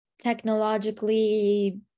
technologically